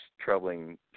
troubling